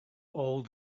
all